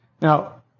Now